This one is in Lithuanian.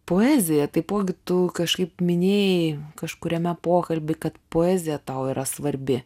poezija taipogi tu kažkaip minėjai kažkuriame pokalby kad poezija tau yra svarbi